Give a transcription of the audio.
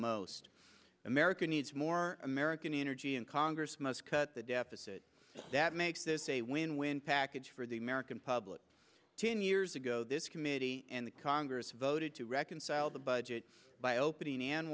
most america needs more american energy and congress must cut the deficit that makes this a win win package for the american public ten years ago this committee and the congress voted to reconcile the budget by opening